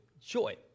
joy